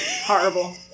horrible